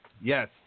Yes